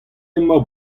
emañ